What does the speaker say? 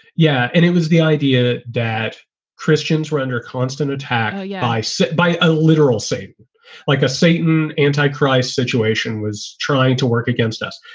yeah. and it was the idea that christians were under constant attack yeah by sit by a literal saint like a satan antichrist situation was trying to work against us.